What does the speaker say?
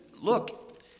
Look